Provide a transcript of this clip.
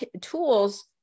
tools